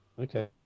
Okay